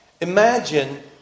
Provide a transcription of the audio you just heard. Imagine